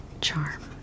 charm